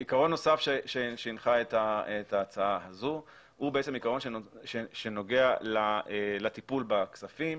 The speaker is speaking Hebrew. עיקרון נוסף שהנחה את ההצעה הזו הוא עיקרון שנוגע לטיפול בכספים.